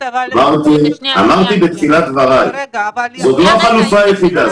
אמרתי בתחילת דברי זו לא החלופה היחידה,